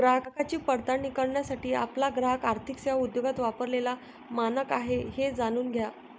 ग्राहकांची पडताळणी करण्यासाठी आपला ग्राहक आर्थिक सेवा उद्योगात वापरलेला मानक आहे हे जाणून घ्या